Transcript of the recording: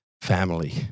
family